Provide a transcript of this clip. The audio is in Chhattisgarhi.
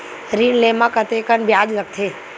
ऋण ले म कतेकन ब्याज लगथे?